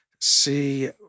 see